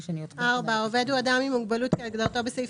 (4) העובד הוא אדם עם מוגבלות כהגדרתו בסעיף